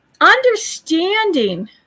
understanding